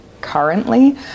currently